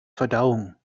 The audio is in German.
verdauung